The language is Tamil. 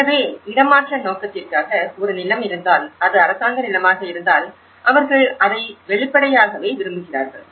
எனவே இடமாற்ற நோக்கத்திற்காக ஒரு நிலம் இருந்தால் அது அரசாங்க நிலமாக இருந்தால் அவர்கள் அதை வெளிப்படையாகவே விரும்புகிறார்கள்